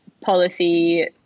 policy